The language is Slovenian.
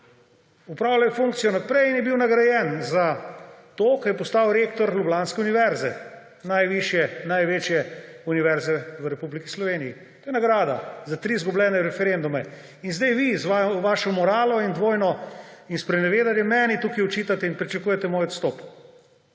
Opravljal je funkcijo naprej in je bil nagrajen za to, ko je postal rektor ljubljanske univerze, najvišje, največje univerze v Republiki Sloveniji. To je nagrada za tri izgubljene referendume. In zdaj vi z vašo moralo in dvojnim sprenevedanjem meni tukaj očitate in pričakujete moj odstop.